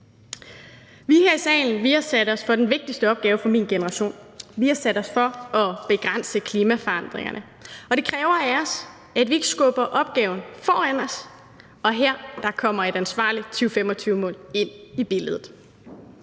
Vi her i salen har sat os for den vigtigste opgave for min generation. Vi har sat os for at begrænse klimaforandringerne, og det kræver af os, at vi ikke skubber opgaven foran os, og her kommer et ansvarligt 2025-mål ind i billedet.